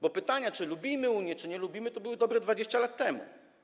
Bo pytania, czy lubimy Unię, czy jej nie lubimy, były dobre 20 lat temu.